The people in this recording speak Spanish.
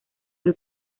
del